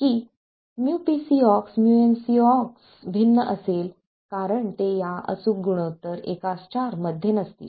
की µpcox µncox भिन्न असेल आणि ते या अचूक गुणोत्तर 1 4 मध्ये नसतील